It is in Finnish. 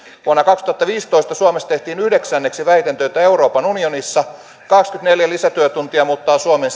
vuonna kaksituhattaviisitoista suomessa tehtiin yhdeksänneksi vähiten töitä euroopan unionissa kaksikymmentäneljä lisätyötuntia muuttaa suomen